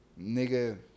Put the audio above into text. Nigga